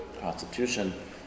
Constitution